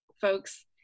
folks